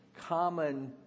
common